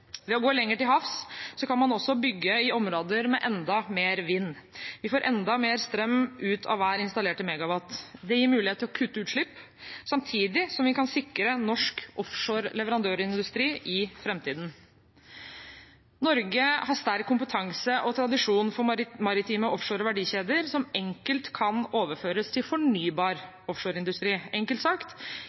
Ved å gå lenger til havs kan man også bygge i områder med enda mer vind, og vi får enda mer strøm ut av hver installerte megawatt. Det gir mulighet til å kutte utslipp, samtidig som vi kan sikre norsk offshore leverandørindustri i framtiden. Norge har sterk kompetanse og tradisjon for maritime offshore verdikjeder som enkelt kan overføres til fornybar offshoreindustri. Enkelt sagt: